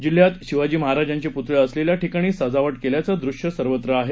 जिल्ह्यात शिवाजी महाराजांचे पुतळे असलेल्या ठिकाणी सजावट केल्याचं दृश्य सर्वत्र दिसतं आहे